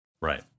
Right